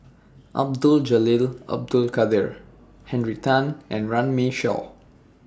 Abdul Jalil Abdul Kadir Henry Tan and Runme Shaw